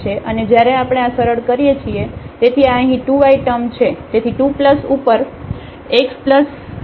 અને જ્યારે આપણે આ સરળ કરીએ છીએ તેથી આ અહીં 2 y ટર્મ છે તેથી 2 ઉપર x 1² અને પછી આ પોઇન્ટ 1 1 પર આપણે તેનું મૂલ્યાંકનકરી શકીએ છીએ આ 2 ઉપર 2 ² છે આ 1 ઓવર 2 છે